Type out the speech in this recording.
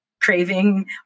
craving